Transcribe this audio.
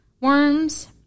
worms